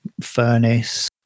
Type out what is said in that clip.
furnace